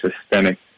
systemic